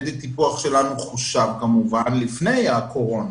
מדד הטיפוח של בתי הספר חושב כמובן לפני הקורונה.